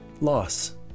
loss